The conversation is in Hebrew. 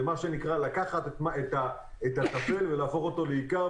זה מה שנקרא לקחת את הטפל ולהפוך אותו לעיקר,